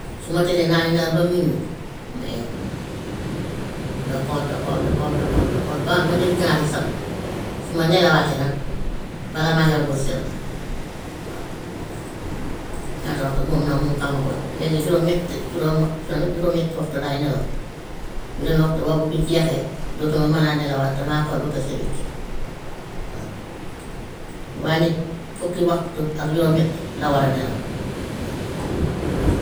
Su ma tëddee naa ne nelaw ba minuit ma eewu di xool, di xool, di xool, di xool, di xool ba ma dégg ganaar yi sab, su ma nelawaatee nag balaa maa yeewu bët set na waa ñaata waxtu moom nag moom xawma ko. Léegi juróom-ñett juróomi wax- si juróom-ñetti waxtu laay nelaw, juróomi waxtu boobu bu jeexee dootuma mën a nelawaat damay xool ba bët set wecc, waa. Waaye nit fukki waxtu ak juróom-ñett la war a nelaw, waa.